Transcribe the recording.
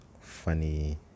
funny